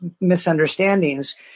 misunderstandings